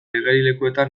igerilekuetan